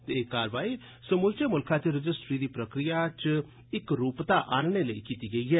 ते एह् कारवाई समूलचे मुल्खै च रजिस्ट्री दी प्रक्रिया च इक्क रूपता आन्नने लेई कीती गेई ऐ